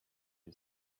you